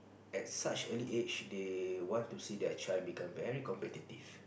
at such early age they want to see their child become very competitive